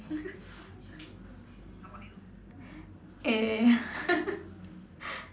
eh